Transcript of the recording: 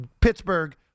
Pittsburgh